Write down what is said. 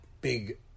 big